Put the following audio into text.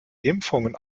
impfungen